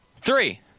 Three